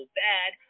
bad